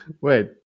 wait